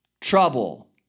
trouble